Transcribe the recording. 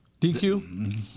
DQ